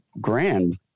grand